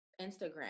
Instagram